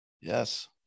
Yes